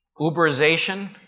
Uberization